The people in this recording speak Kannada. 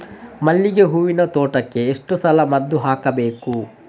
ಮಲ್ಲಿಗೆ ಹೂವಿನ ತೋಟಕ್ಕೆ ಎಷ್ಟು ಸಲ ಮದ್ದು ಹಾಕಬೇಕು?